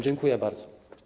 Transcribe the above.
Dziękuję bardzo.